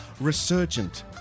Resurgent